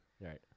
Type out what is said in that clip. Right